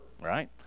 right